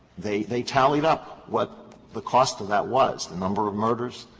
they they tallied up what the cost of that was, the number of murders,